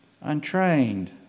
Untrained